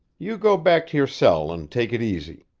you go back to your cell and take it easy.